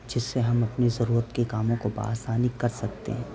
جس سے ہم اپنی ضرورت کے کاموں کو بآسانی کر سکتے ہیں